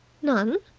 none?